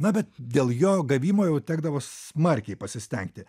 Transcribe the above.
na bet dėl jo gavimo jau tekdavo smarkiai pasistengti